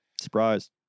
Surprise